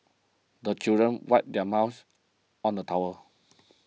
the children wipe their mouth on the towel